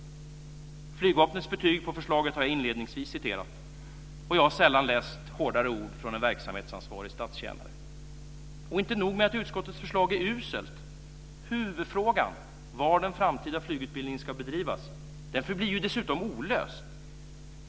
Flygvapnets betyg på förslaget citerade jag inledningsvis. Jag har sällan läst hårdare ord från en verksamhetsansvarig statstjänare. Inte nog med att utskottets förslag är uselt. Huvudfrågan - var den framtida flygutbildningen ska bedrivas - förblir dessutom olöst.